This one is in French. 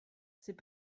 c’est